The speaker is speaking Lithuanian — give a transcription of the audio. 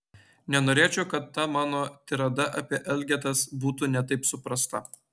nenorėčiau kad ta mano tirada apie elgetas būtų ne taip suprasta